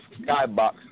Skybox